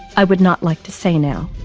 i would not like to say now,